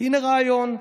הינה רעיון.